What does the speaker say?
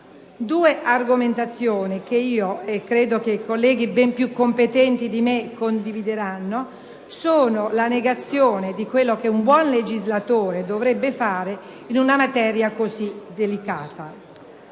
Due argomentazioni che a mio avviso - credo che colleghi ben più competenti di me condivideranno - sono la negazione di quello che un buon legislatore dovrebbe fare in una materia così delicata.